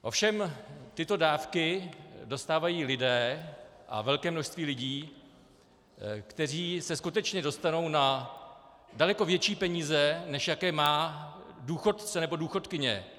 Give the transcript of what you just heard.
Ovšem tyto dávky dostávají lidé, a velké množství lidí, kteří se skutečně dostanou na daleko větší peníze, než jaké má důchodce nebo důchodkyně.